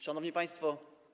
Szanowni Państwo!